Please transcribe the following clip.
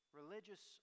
religious